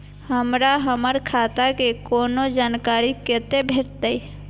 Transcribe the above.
हमरा हमर खाता के कोनो जानकारी कतै भेटतै?